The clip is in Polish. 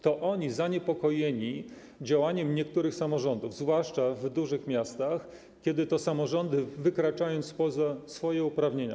To oni zaniepokojeni działaniem niektórych samorządów, zwłaszcza w dużych miastach, kiedy to samorządy, wykraczając poza swoje uprawnienia.